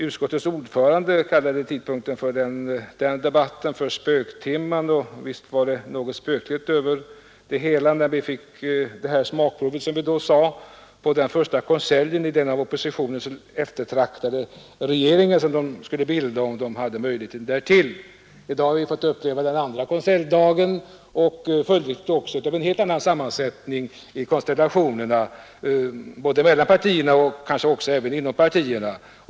Utskottets ordförande kallade tidpunkten för debatten för spöktimmen, och visst var det något spöklikt över det hela när vi fick ett första smakprov på konseljen i den av oppositionen så eftertraktade regeringen, som de skulle bilda om de hade möjlighet därtill. I dag har vi fått uppleva den andra konseljdagen och följdriktigt också med en helt annan sammansättning i konstellationerna både mellan partierna och kanske även också inom partierna.